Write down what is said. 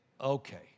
okay